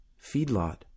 feedlot